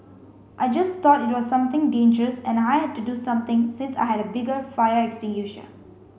I just thought it was something dangerous and I had to do something since I had a bigger fire extinguisher